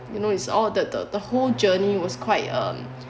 you know is all that the the whole journey was quite um